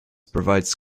provides